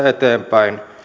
eteenpäin